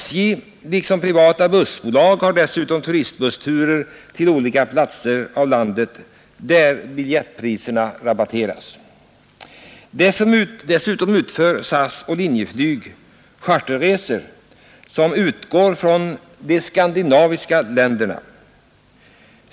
SJ liksom privata bussbolag har dessutom turistbussturer till olika platser i landet varvid biljettpriserna är rabatterade. Dessutom utför SAS och Linjeflyg charterresor som utgår från de skandinaviska länderna.